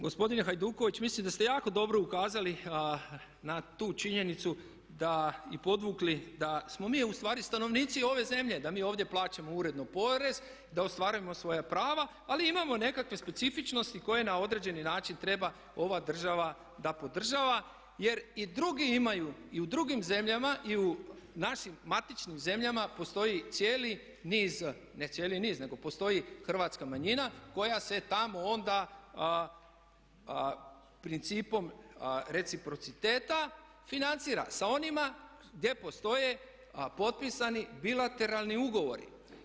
gospodine Hajduković, mislim da ste jako dobro ukazali na tu činjenicu da i podvukli da smo mi ustvari stanovnici ove zemlje, da mi ovdje plaćamo uredno porez, da ostvarujemo svoja prava ali i imamo nekakve specifičnosti koje na određeni način treba ova država da podržava jer i drugi imaju i u drugim zemljama, i u našim matičnim zemljama postoji cijeli niz, ne cijeli niz nego postoji hrvatska manjina koja se tamo onda principom reciprociteta financira sa onima gdje postoje potpisani bilateralni ugovori.